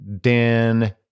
Dan